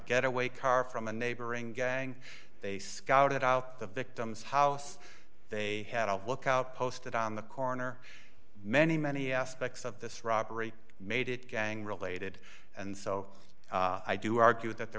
getaway car from a neighboring gang they scouted out the victim's house they had a lookout posted on the corner many many aspects of this robbery made it gang related and so i do argue that there